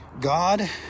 God